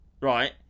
Right